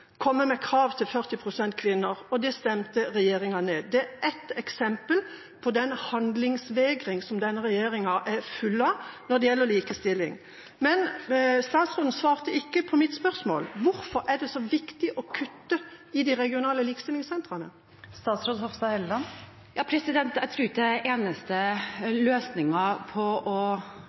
det stemte regjeringa ned. Det er ett eksempel på den handlingsvegring som denne regjeringa er full av når det gjelder likestilling. Men statsråden svarte ikke på mitt spørsmål: Hvorfor er det så viktig å kutte i de regionale likestillingssentrene? Jeg tror ikke den eneste løsningen på å